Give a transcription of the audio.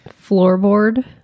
Floorboard